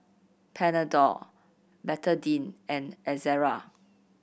Panadol Betadine and Ezerra